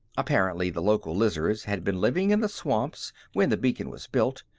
apparently the local lizards had been living in the swamps when the beacon was built,